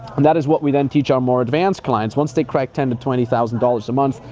and that is what we then teach our more advanced clients, once they crack ten to twenty thousand dollars a month,